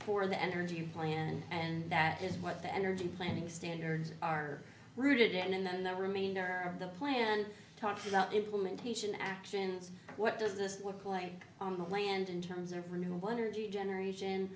for the energy plan and that is what the energy planning standards are rooted in and then the remainder of the plan talks about implementation actions what does this look like on the land in terms of renewable energy generation